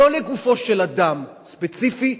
לא לגופו של אדם ספציפי,